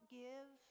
give